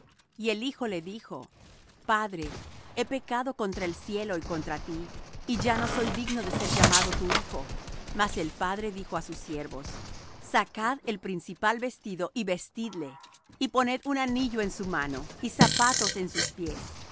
y el hijo le dijo padre he pecado contra el cielo y contra ti y ya no soy digno de ser llamado tu hijo mas el padre dijo á sus siervos sacad el principal vestido y vestidle y poned un anillo en su mano y zapatos en sus pies